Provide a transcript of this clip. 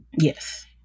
Yes